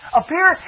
appear